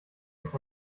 ist